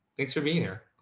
thanks for being here.